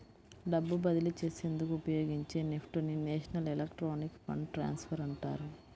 డబ్బు బదిలీ చేసేందుకు ఉపయోగించే నెఫ్ట్ ని నేషనల్ ఎలక్ట్రానిక్ ఫండ్ ట్రాన్స్ఫర్ అంటారు